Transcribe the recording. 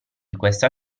questa